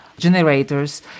generators